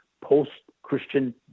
post-Christian